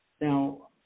Now